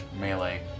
melee